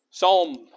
Psalm